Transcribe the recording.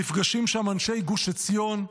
נפגשים שם אנשי גוש עציון,